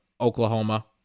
Oklahoma